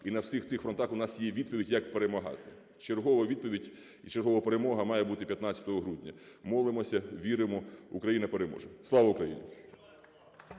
і на всіх цих фронтах у нас є відповідь як перемагати. Чергова відповідь, чергова перемога має бути 15 грудня. Молимося, віримо, Україна переможе! Слава Україні!